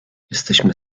jesteśmy